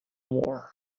more